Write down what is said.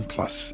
Plus